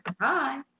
Hi